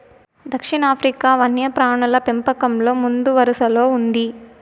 దక్షిణాఫ్రికా వన్యప్రాణుల పెంపకంలో ముందువరసలో ఉంది